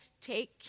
take